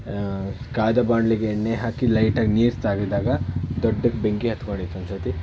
ಕಾದ ಬಾಂಡ್ಲಿಗೆ ಎಣ್ಣೆ ಹಾಕಿ ಲೈಟಾಗಿ ನೀರು ತಾಗಿದಾಗ ದೊಡ್ಡಕ್ಕೆ ಬೆಂಕಿ ಹತ್ಕೊಂಡಿತ್ತು ಒಂದು ಸರ್ತಿ